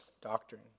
doctrine